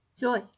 joy